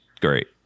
great